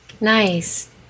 Nice